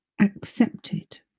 accepted